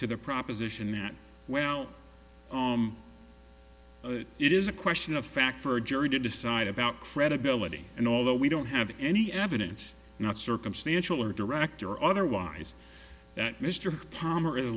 to the proposition that well it is a question of fact for a jury to decide about credibility and although we don't have any evidence not circumstantial or direct or otherwise that mr palmer i